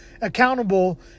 accountable